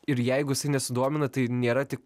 ir jeigu jisai nesudomina tai nėra tik